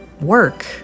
work